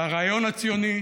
לרעיון הציוני,